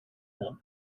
war